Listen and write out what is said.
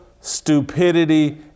stupidity